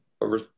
over